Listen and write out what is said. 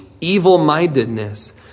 evil-mindedness